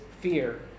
fear